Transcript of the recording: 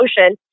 ocean